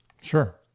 Sure